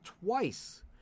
twice